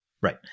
right